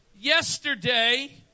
yesterday